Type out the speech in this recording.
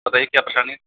बताइए क्या परेशानी है